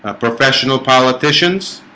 ah professional politicians